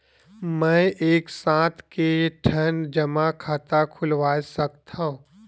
मैं एक साथ के ठन जमा खाता खुलवाय सकथव?